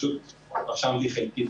פשוט רשמתי חלקית.